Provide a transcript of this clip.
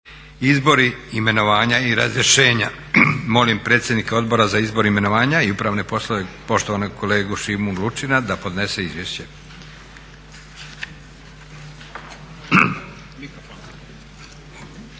Izbori, imenovanja i razrješenje. Molim predsjednika Odbora za izbor, imenovanja i upravne poslove poštovanog kolegu Šimu Lučina da podnese izvješće.